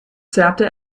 zerrte